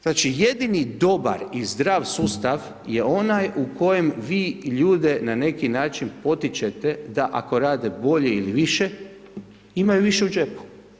Znači, jedini dobar i zdrav sustav je onaj u kojem vi ljude na neki način potičete da ako rade bolje il više, imaju više u džepu.